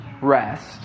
rest